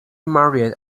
married